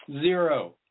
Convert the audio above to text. zero